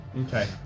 Okay